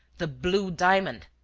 the blue diamond!